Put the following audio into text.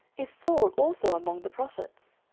is saul also among the prophets?